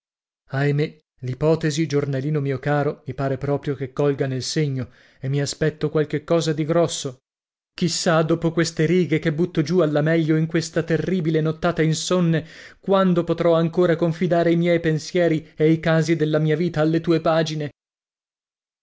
ahimé l'ipotesi giornalino mio caro mi pare proprio che colga nel segno e mi aspetto qualche cosa di grosso chi sa dopo queste righe che butto giù alla meglio in questa terribile nottata insonne quando potrò ancora confidare i miei pensieri e i casi della mia vita alle tue pagine